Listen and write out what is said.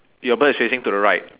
your bird is facing to the right